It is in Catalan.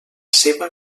seva